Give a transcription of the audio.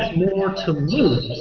more to lose